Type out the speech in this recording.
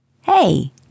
Hey